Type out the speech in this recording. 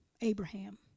Abraham